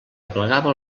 aplegava